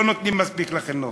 לא נותנים מספיק לחינוך.